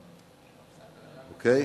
אוקיי?